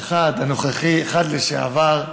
אחד הנוכחי, אחד לשעבר.